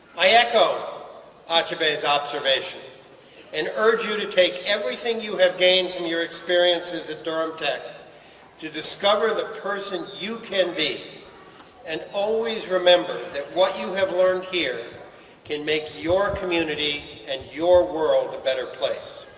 i echo achebe's observation and urge you to take everything you have gained from your experiences at durham tech to discover the persons you can be and always remember that what you have learned here can make your community and your world a better place.